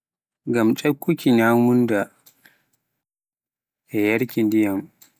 ngam ekkoki nyamnunda e yarki ndiyam